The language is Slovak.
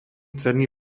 cenný